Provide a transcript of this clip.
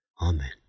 Amen